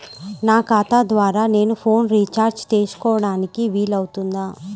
నా ఖాతా ద్వారా నేను ఫోన్ రీఛార్జ్ చేసుకోవడానికి వీలు అవుతుందా?